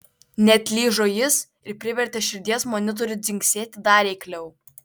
neatlyžo jis ir privertė širdies monitorių dzingsėti dar eikliau